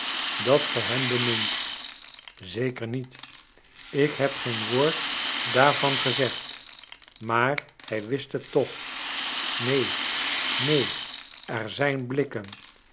dat ge hem bemindet zeker niet ik heb geen woord daarvan gezegd maar hij wist het toch neen neen er zijn blikken